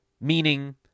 Meaning